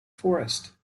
forest